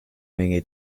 menge